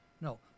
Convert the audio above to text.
No